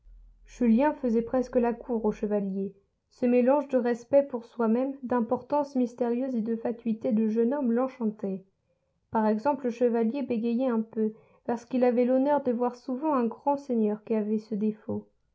julien faisait presque la cour au chevalier ce mélange de respect pour soi-même d'importance mystérieuse et de fatuité de jeune homme l'enchantait par exemple le chevalier bégayait un peu parce qu'il avait l'honneur de voir souvent un grand seigneur qui avait ce défaut